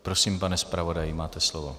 Prosím, pane zpravodaji, máte slovo.